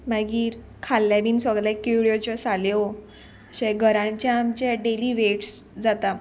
मागीर खाल्ले बीन सोगले केळ्योच्यो साल्यो अशे घरांचे आमचे डेली वेट्स जाता